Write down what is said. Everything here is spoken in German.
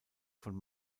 von